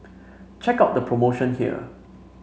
check out the promotion here